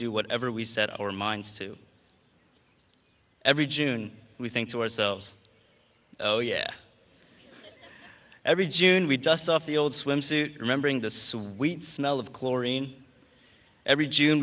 do whatever we set our minds to every june we think to ourselves oh yeah every june we dust off the old swimsuit remembering the sweet smell of chlorine every june